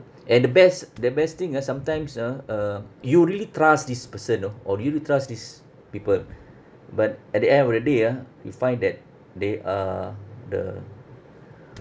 and the best the best thing ah sometimes ah uh you really trust this person you know or really trust these people but at the end of the day ah you find that they are the